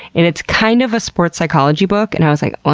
and it's kind of a sports psychology book and i was like, whaaat?